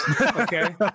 okay